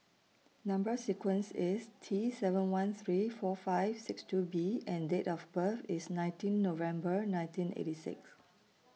Number sequence IS T seven one three four five six two B and Date of birth IS nineteen November nineteen eighty six